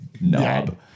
knob